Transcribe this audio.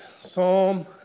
Psalm